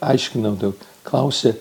aiškinau daug klausė